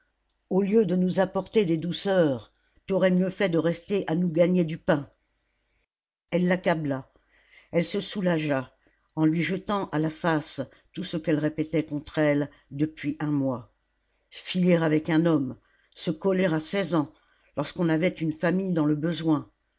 au lieu de nous apporter des douceurs tu aurais mieux fait de rester à nous gagner du pain elle l'accabla elle se soulagea en lui jetant à la face tout ce qu'elle répétait contre elle depuis un mois filer avec un homme se coller à seize ans lorsqu'on avait une famille dans le besoin